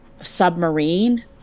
submarine